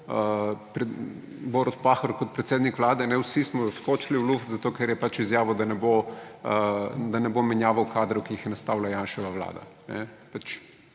Borut Pahor kot predsednik Vlade. Vsi smo skočili v luft, zato ker je pač izjavil, da ne bo menjaval kadrov, ki jih je nastavila Janševa vlada.